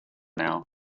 now